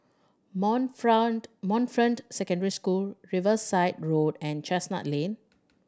Montfront Montfront Secondary School Riverside Road and Chestnut Lane